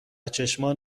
چشمان